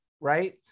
Right